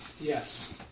Yes